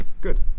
Good